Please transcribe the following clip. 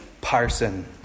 Parson